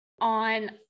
on